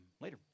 later